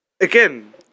again